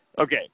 okay